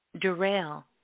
derail